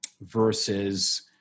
versus